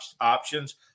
options